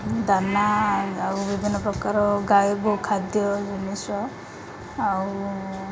ଦାନା ଆଉ ବିଭିନ୍ନପ୍ରକାର ଗାଈ ଗୋଖାଦ୍ୟ ଜିନିଷ ଆଉ